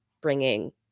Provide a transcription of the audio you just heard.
bringing